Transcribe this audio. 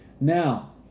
Now